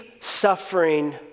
suffering